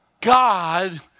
God